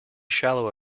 shallow